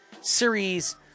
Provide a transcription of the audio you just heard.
series